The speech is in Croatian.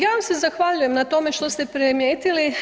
Ja vam se zahvaljujem na tome što ste primijetili.